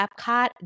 Epcot